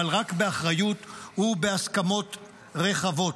אבל רק באחריות ובהסכמות רחבות.